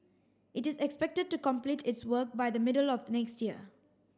it is expected to complete its work by the middle of next year